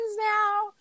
now